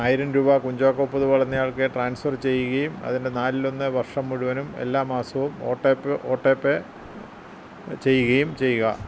ആയിരം രൂപ കുഞ്ചാക്കോ പൊതുവാൾ എന്നയാൾക്ക് ട്രാൻസ്ഫർ ചെയ്യുകയും അതിൻ്റെ നാലിലൊന്ന് വർഷം മുഴുവനും എല്ലാ മാസവും ഓട്ടേ പെ ഓട്ടോ പേ ചെയ്യുകയും ചെയ്യുക